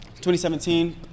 2017